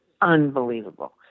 unbelievable